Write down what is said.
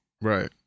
right